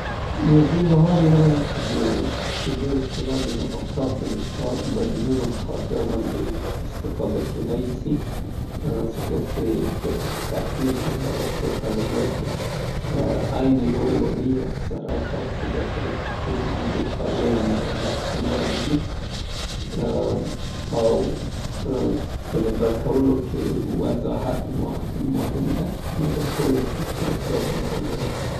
د مصنوعي غوښې استفاده کول بهتره دي، ښه کار ده ، ځکه له یوېخوانه د حیواناتو د خوندیتوب سبب ګرځي له بلې خوانه د هغه د تولید طریقه باید وکتل سي، څې په څه رقم تولیدیږي. که چیرې د چاپیریال د حفظولو یا ساتلو په خاطر باندې استفاده سي نو ښه بدیل کیدای سي.